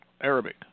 Arabic